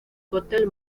cóctel